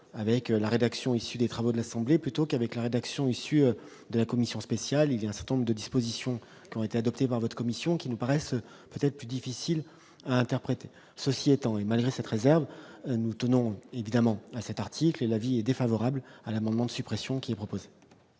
avec la rédaction issue des travaux de l'Assemblée, plutôt qu'avec la rédaction, issu de la commission spéciale, il y a un certain nombre de dispositions qui ont été adoptées par votre commission qui nous paraissent peut-être plus difficile à interpréter, société en malgré cette réserve, nous tenons évidemment à cet article et l'avis est défavorable à l'amendement de suppression qui est proposé.